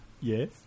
Yes